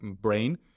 brain